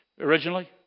originally